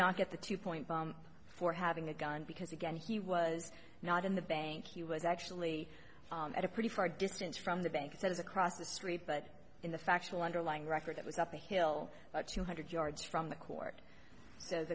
not get the two points for having a gun because again he was not in the bank he was actually at a pretty far distance from the bank says across the street but in the factual underlying record it was up the hill about two hundred yards from the court